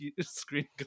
screen